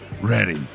ready